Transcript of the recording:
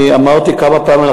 אני אמרתי כמה פעמים,